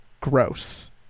gross